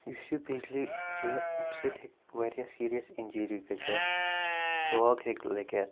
یُس یہِ بِجلی چھِ امہِ سۭتۍ ہیٚکہِ واریاہ سیٖریَس اِنجری گٔژھِتھ شوک ہیٚکہِ لٔگِتھ